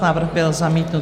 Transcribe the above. Návrh byl zamítnut.